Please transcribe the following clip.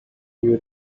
you